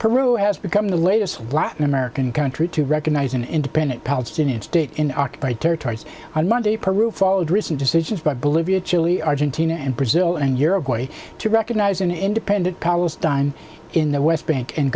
peru has become the latest latin american country to recognize an independent palestinian state in occupied territories on monday peru followed recent decisions by bolivia chile argentina and brazil and uruguay to recognize an independent palestine in the west bank and